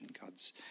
God's